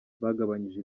bagabanyije